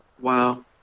Wow